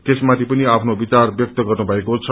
त्यस माथि पनि आफ्ना विचार व्यक्त गनुभएको छ